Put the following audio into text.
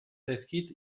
zaizkit